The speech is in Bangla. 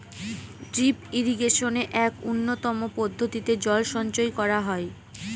ড্রিপ ইরিগেশনে এক উন্নতম পদ্ধতিতে জল সঞ্চয় করা হয়